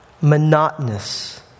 monotonous